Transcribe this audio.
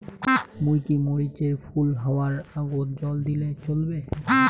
মুই কি মরিচ এর ফুল হাওয়ার আগত জল দিলে চলবে?